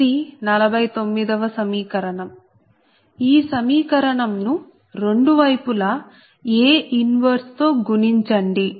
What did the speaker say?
ఇది 49 వ సమీకరణం ఈ సమీకరణం ను రెండు వైపులా A 1 తో గుణించండి